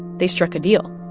they struck a deal.